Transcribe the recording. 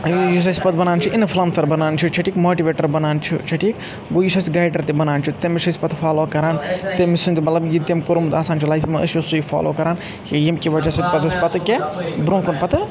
یُس أسۍ پَتہٕ وَنان چھِ اِنفٕلَنسَر بنان چھِ یا تہِ ماٹوِیٖٹَر بنان چِھ چھا ٹِھیٖک گوٚو یہِ چِھ اَسہِ گایِڈَر تہِ بنان تٔمِس چھِ أسۍ پَتہٕ فالو کران تِم سٕنٛدۍ مطلَب یہِ تِم کوٚرمُت چھِ آسان لایفہِ منٛز أسۍ چھِ تہِ فالو کَران یِمہِ کہِ وَجہ سۭتۍ پَتہٕ یہِ پَتہٕ کِیٛاہ برُونٛہہ کُن پتہٕ